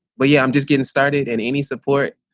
well, yeah, i'm just getting started and any support.